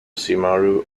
cymru